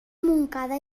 montcada